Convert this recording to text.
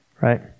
Right